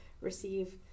receive